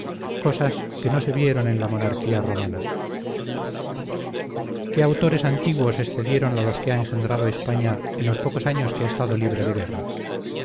cosas que no se vieron en la monarquía romana qué autores antiguos excedieron a los que ha engendrado españa en los pocos años que ha estado libre de guerras